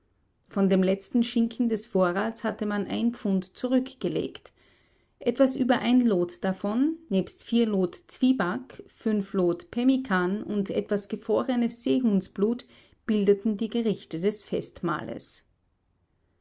von dem letzten schinken des vorrats hatte man ein pfund zurückgelegt etwas über ein lot hiervon nebst vier lot zwieback fünf lot pemmikan und etwas gefrorenes seehundsblut bildeten die gerichte des festmahles